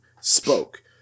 spoke